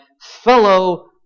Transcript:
fellow